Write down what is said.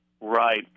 right